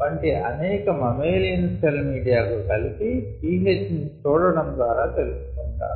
వంటి అనేక mammalian cell media కు కలిపి pH ని చూడడం ద్వారా తెలుసుకుంటారు